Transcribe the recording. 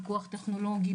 פיקוח טכנולוגי,